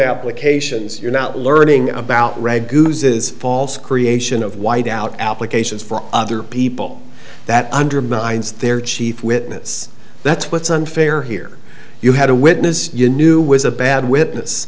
applications you're not learning about red gooses false creation of white out applications for other people that undermines their chief witness that's what's unfair here you had a witness you knew was a bad witness